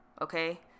okay